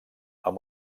amb